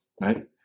right